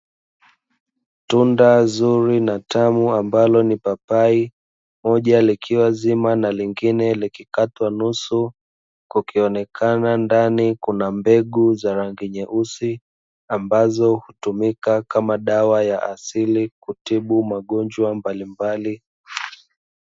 Tunda zuri na tamu ambalo ni papai. Moja likiwa zima na lingine likikatwa nusu, kukionekana ndani kuna mbegu za rangi nyeusi ambazo hutumika kama dawa ya asili kutibu magonjwa mbalimbali.